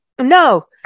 No